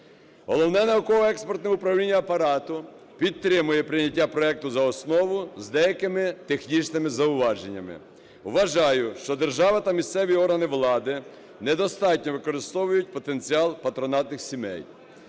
Головне науково-експертне управління Апарату підтримує прийняття проекту за основу з деякими технічними зауваженнями. Вважаю, що держава та місцеві органи влади недостатньо використовують потенціал патронатних сімей.